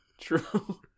true